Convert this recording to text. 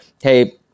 hey